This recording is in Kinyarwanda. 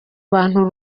bantu